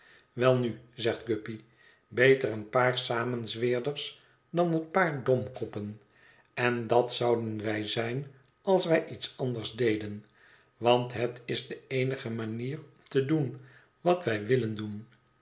welnu zegt guppy beter een paar samenzweerders dan een paar domkoppen en dat zouden wij zijn als wij iets anders deden want het is de eenige manier om te doen wat wij willen doen